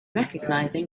recognizing